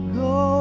go